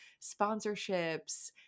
sponsorships